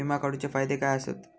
विमा काढूचे फायदे काय आसत?